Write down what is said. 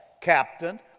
captain